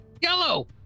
Yellow